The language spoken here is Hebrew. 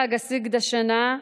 חג הסיגד השנה,